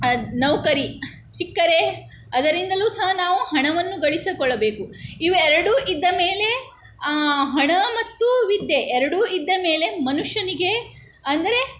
ನೌಕರಿ ಸಿಕ್ಕರೆ ಅದರಿಂದಲೂ ಸಹ ನಾವು ಹಣವನ್ನು ಗಳಿಸಿಕೊಳ್ಳಬೇಕು ಇವೆರಡೂ ಇದ್ದ ಮೇಲೆ ಆ ಹಣ ಮತ್ತು ವಿದ್ಯೆ ಎರಡೂ ಇದ್ದ ಮೇಲೆ ಮನುಷ್ಯನಿಗೆ ಅಂದರೆ